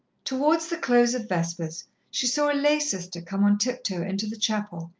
towards the close of vespers she saw a lay-sister come on tiptoe into the chapel,